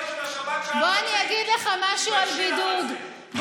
600,000 נכנסו לבידוד בשבילך.